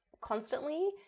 constantly